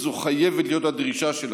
זו חייבת להיות הדרישה שלנו.